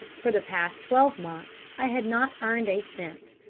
for the past twelve months i had not earned a cent,